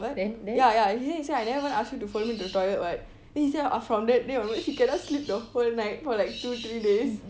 what ya ya and then he say I never even ask you to follow me to the toilet [what] then he say I from that day onwards he cannot sleep the whole night for like two three days